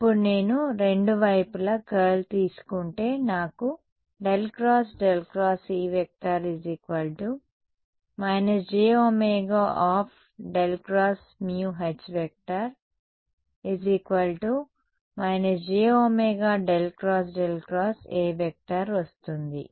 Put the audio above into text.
ఇప్పుడు నేను రెండు వైపులా కర్ల్ తీసుకుంటే నాకు ∇×∇× E− j ω∇× μH − j ω∇ ×∇× A వస్తుంది